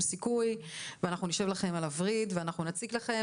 סיכוי ואנחנו נשב לכם על הווריד ואנחנו נציק לכם.